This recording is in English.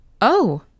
Oh